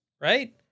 right